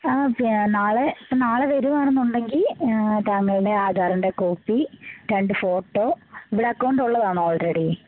ആ പി നാളെ നാളെ വരികയാണെന്ന് ഉണ്ടെങ്കിൽ താങ്കളുടെ ആധാറിൻ്റെ കോപ്പി രണ്ട് ഫോട്ടോ ഇവിടെ അക്കൗണ്ട് ഉള്ളതാണോ ഓൾറെഡി